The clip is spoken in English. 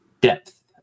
depth